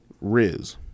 riz